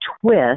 twist